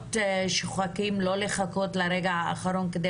מקצועות שוחקים ושלא לחכות לרגע האחרון כדי